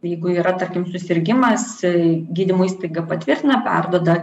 jeigu yra tarkim susirgimas gydymo įstaiga patvirtina perduoda